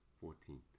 Fourteenth